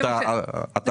אתה חוזה?